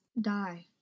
Die